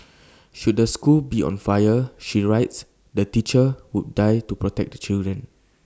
should the school be on fire she writes the teacher would die to protect the children